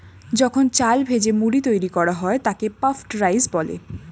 যখন চাল ভেজে মুড়ি তৈরি করা হয় তাকে পাফড রাইস বলে